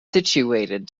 situated